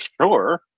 Sure